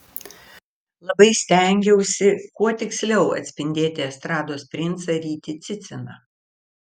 labai stengiausi kuo tiksliau atspindėti estrados princą rytį ciciną